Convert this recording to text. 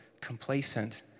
complacent